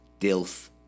DILF